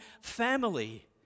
family